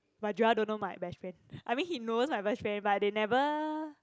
but Joel don't know my best friend I mean he knows my best friend but they never